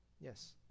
Yes